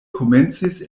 komencis